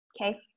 Okay